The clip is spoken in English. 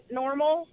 normal